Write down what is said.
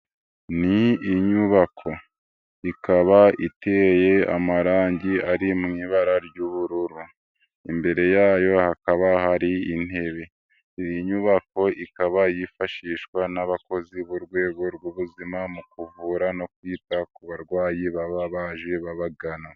Ni inyubako, ikaba iteye amarangi ari mu ibara ry'ubururu, imbere yayo hakaba hari intebe, iyi nyubako ikaba yifashishwa n'abakozi b'urwego rw'ubuzima mu kuvura no kwita ku barwayi baba baje bagana.